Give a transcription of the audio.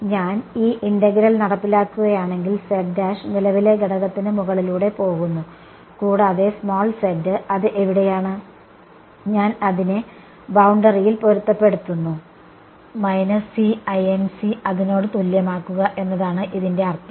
ഞാൻ ഈ ഇന്റഗ്രൽ നടപ്പിലാക്കുകയാണെങ്കിൽ നിലവിലെ ഘടകത്തിന് മുകളിലൂടെ പോകുന്നു കൂടാതെ z അത് എവിടെയാണ് ഞാൻ അതിനെ ബൌണ്ടറിയിൽ പൊരുത്തപ്പെടുത്തുന്നു അതിനോട് തുല്യമാക്കുക എന്നതാണ് ഇതിന്റെ അർത്ഥം